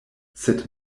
sed